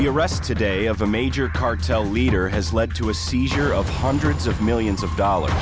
arrest today of a major cartel leader has led to a seizure of hundreds of millions of dollars